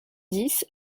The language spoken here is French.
dix